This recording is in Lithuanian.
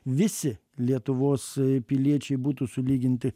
visi lietuvos piliečiai būtų sulyginti